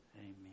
amen